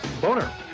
boner